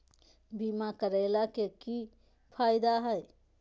बीमा करैला के की फायदा है?